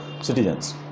citizens